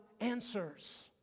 answers